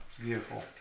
beautiful